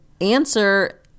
answer